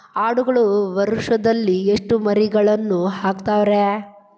ಆಡುಗಳು ವರುಷದಲ್ಲಿ ಎಷ್ಟು ಮರಿಗಳನ್ನು ಹಾಕ್ತಾವ ರೇ?